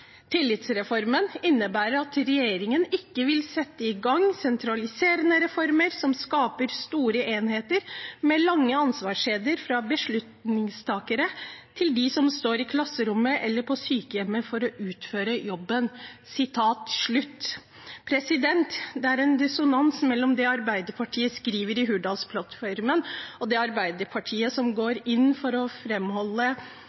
Tillitsreformen innebærer at regjeringen ikke vil sette i gang sentraliserende reformer som skaper store enheter med lange ansvarskjeder fra beslutningstaker til de som står i klasserommet eller på sykehjemmet for å utføre jobben.» Det er en dissonans mellom det som Arbeiderpartiet skriver i Hurdalsplattformen, og det Arbeiderpartiet som